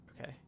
Okay